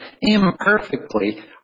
imperfectly